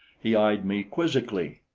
he eyed me quizzically.